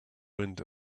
wind